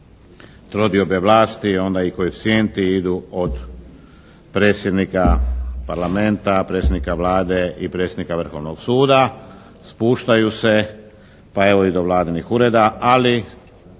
trodiobe vlasti onda i koeficijenti idu od predsjednika Parlamenta, predsjednika Vlade i predsjednika Vrhovnog suda. Spuštaju se pa evo i do vladinih ureda, ali